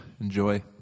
Enjoy